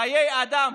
חיי אדם.